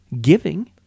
giving